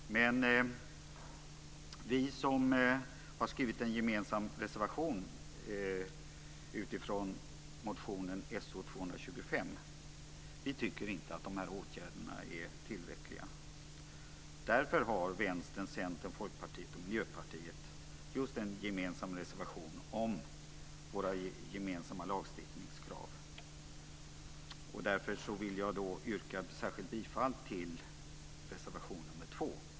Men vi som har skrivit en gemensam reservation utifrån motionen So225 tycker inte att de här åtgärderna är tillräckliga. Därför har Vänstern, Centern, Folkpartiet och Miljöpartiet just en gemensam reservation om våra gemensamma lagstiftningskrav. Därför vill jag särskilt yrka bifall till reservation nr 2.